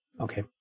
Okay